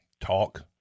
talk